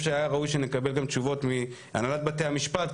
שהיה ראוי שנקבל גם תשובות מהנהלת בתי המשפט,